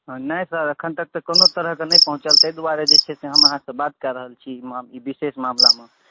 नहि सर एखन तक तऽ कोनो तरह कऽ नहि पहुँचल ताहि दुआरऽ जे छै हम अहाँसँ बात कए रहल छी ई विशेष मामलामे